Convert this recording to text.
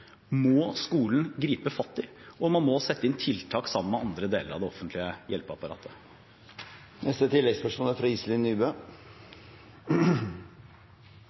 og man må sette inn tiltak sammen med andre deler av det offentlige hjelpeapparatet. Iselin Nybø – til oppfølgingsspørsmål. Jeg tilhører nok dem som er